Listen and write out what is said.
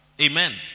Amen